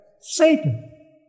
Satan